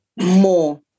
More